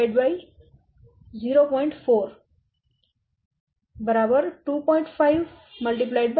400 2